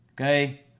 Okay